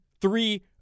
Three